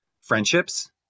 friendships